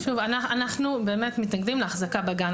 אנחנו מתנגדים להחזקה בגן.